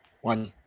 one